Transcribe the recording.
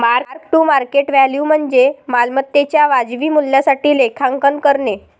mark to market value म्हणजे मालमत्तेच्या वाजवी मूल्यासाठी लेखांकन करणे